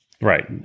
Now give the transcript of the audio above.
Right